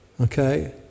okay